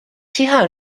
西汉